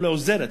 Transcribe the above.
או לעוזרת,